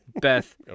Beth